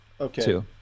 Okay